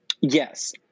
Yes